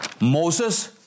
Moses